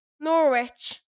Norwich